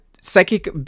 psychic